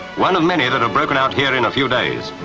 one of many that have broken out here in a few days.